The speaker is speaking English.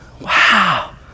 Wow